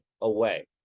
away